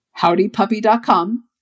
Howdypuppy.com